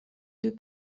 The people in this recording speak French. deux